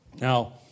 Now